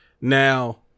Now